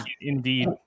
indeed